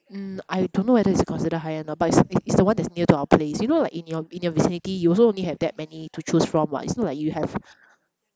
mm I don't know whether it's considered high end or not but it's it's the one that's near to our place you know like in your in your vicinity you also only have that many to choose from what it's not like you have